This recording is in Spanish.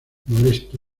molesto